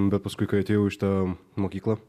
bet paskui kai atėjau į šitą mokyklą